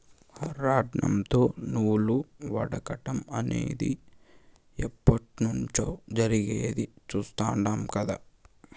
రాట్నంతో నూలు వడకటం అనేది ఎప్పట్నుంచో జరిగేది చుస్తాండం కదా